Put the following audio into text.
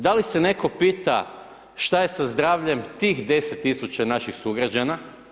Da li se netko pita šta je sa zdravljem tih 10 00 naših sugrađana?